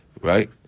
Right